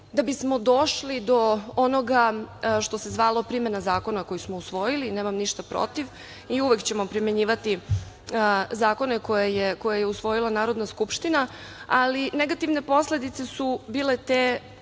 da bismo došli do onoga što se zvalo primena zakona koji smo usvojili. Nemam ništa protiv i uvek ćemo primenjivati zakone koje je usvojila Narodna skupština, ali jedna od negativnih posledica je bila ta